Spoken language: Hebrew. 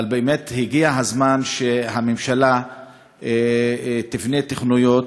אבל באמת הגיע הזמן שהממשלה תבנה תוכניות.